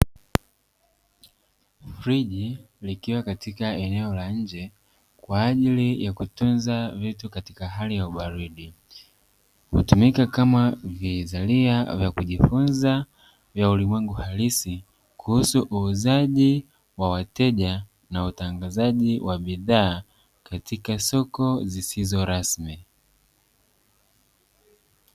Friji likiwa katika eneo la nje kwa ajili ya kutunza vitu katika hali ya ubaridi, hutumika kama vizalia vya kujifunza vya ulimwengu halisi kuhusu uuzaji wa wateja na utangazaji wa bidhaa katika soko zisizo rasmi.